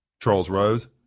charles rose,